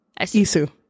Isu